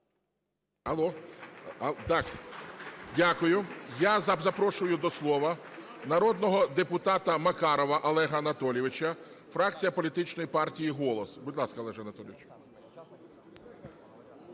Дякую. Я запрошую до слова народного депутата Макарова Олега Анатолійовича, фракція Політичної партії "Голос". Будь ласка, Олегу Анатолійовичу.